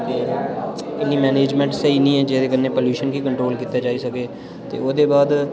ते इ'न्ने मैनेजमेंट स्हेई नेईं न जेह्दे कन्नै पॉल्यूशन गी कंट्रोल कीता जाई सकै ते ओह्दे बाद